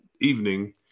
evening